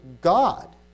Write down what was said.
God